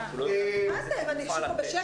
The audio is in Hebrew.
מה זה, אני אשב פה בשקט?